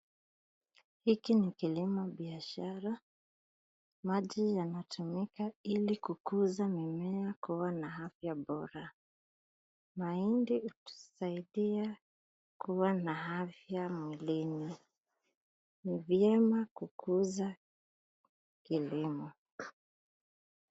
HIKI NI KILIMO BIASHARA, MAJI WANATUMIKA ILI KUKUZA MIMEA KUWA NA AFYA BORA, MAHINDI UTUSAIDIA KUWA NA AFYA MWILINI.NI VYEMA KUKUZA KILIMO